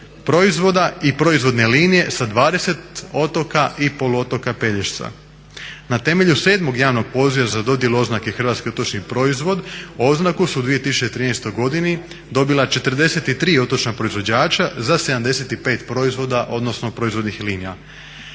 proizvoda i proizvodne linije sa 20 otoka i poluotoka Pelješca. Na temelju sedmog javnog poziva za dodjelu oznake "hrvatski otočni proizvod" oznaku su u 2013. godini dobila 43 otočna proizvođača za 75 proizvoda, odnosno proizvodnih linija.